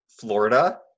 Florida